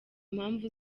mpamvu